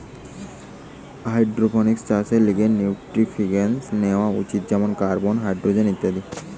hydroponics চাষের লিগে nutrients লেওয়া উচিত যেমন কার্বন, হাইড্রোজেন ইত্যাদি